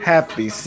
Happy